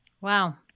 Wow